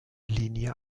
linie